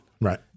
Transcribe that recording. Right